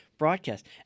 broadcast